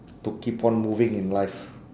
to keep on moving in life